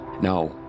Now